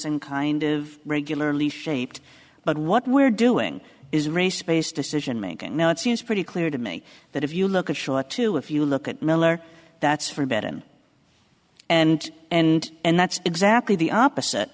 and kind of regularly shaped but what we're doing is race based decision making now it seems pretty clear to me that if you look at shore too if you look at miller that's for bet and and and and that's exactly the opposite